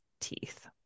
teeth